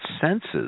senses